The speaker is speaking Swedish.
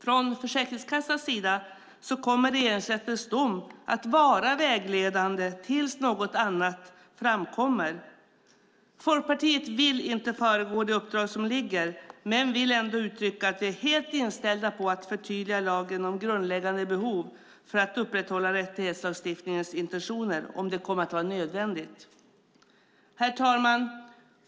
För Försäkringskassan kommer Regeringsrättens dom att vara vägledande tills något annat framkommer. Folkpartiet vill inte föregå de uppdrag som föreligger men vill ändå uttrycka att vi är helt inställda på att förtydliga lagen om grundläggande behov för att upprätthålla rättighetslagstiftningens intentioner om det kommer att vara nödvändigt. Herr talman!